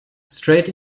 straight